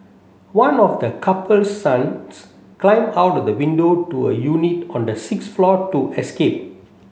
one of the couple's sons climbed out of the window to a unit on the sixth floor to escape